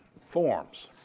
forms